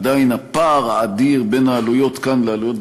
עדיין הפער האדיר בין העלויות כאן לעלויות